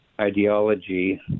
ideology